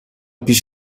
پیش